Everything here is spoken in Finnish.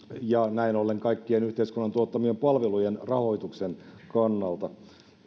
ja näin ollen kaikkien yhteiskunnan tuottamien palvelujen rahoituksen kannalta